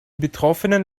betroffenen